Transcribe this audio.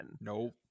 Nope